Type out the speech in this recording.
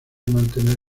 mantener